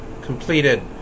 completed